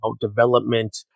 development